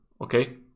okay